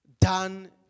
done